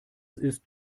ist